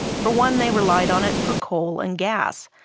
for one, they relied on it for coal and gas,